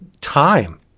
time